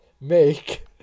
make